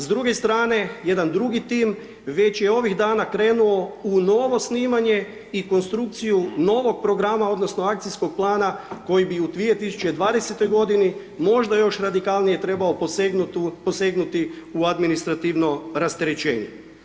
S druge strane, jedan drugi tim je ovih dana krenuo u novo snimanje i konstrukciju novog programa odnosno akcijskog plana koji bi u 2020. g. možda još radikalnije trebao posegnuti u administrativno rasterećenje.